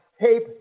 tape